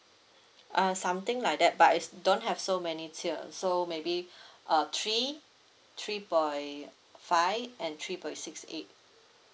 uh something like that but it's don't have so many tier so maybe uh three three point five and three point six eight